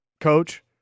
coach